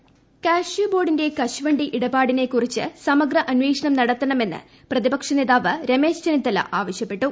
Ramesh Chennithala cashew ബോർഡിന്റെ കശുവണ്ടി ഇടപാടിനെക്കുറിച്ച് സമഗ്ര അന്വേഷണം നടത്തണമെന്ന് പ്രതിപക്ഷ നേതാവ് രമേശ് ചെന്നിത്തല ആവശ്യപ്പെട്ടു